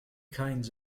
kinds